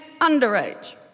underage